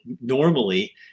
normally